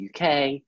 UK